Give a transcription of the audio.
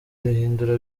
rihindura